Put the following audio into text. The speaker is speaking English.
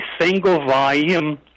single-volume